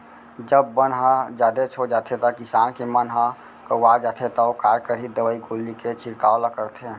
जब बन ह जादेच हो जाथे त किसान के मन ह कउवा जाथे तौ काय करही दवई गोली के छिड़काव ल करथे